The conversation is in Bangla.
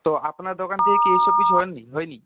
তো আপনার দোকান থেকে কি এইসব কিছু হননি হয়নি